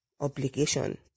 obligation